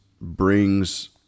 brings